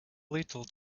little